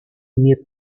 имеют